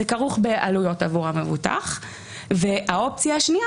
זה כרוך בעלויות עבור המבוטח; והאופציה השנייה